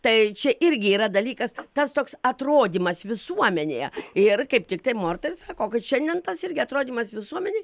tai čia irgi yra dalykas tas toks atrodymas visuomenėje ir kaip tiktai morta ir sako kad šiandien tas irgi atrodymas visuomenėj